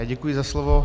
Děkuji za slovo.